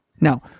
now